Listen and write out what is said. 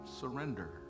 surrender